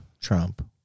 Trump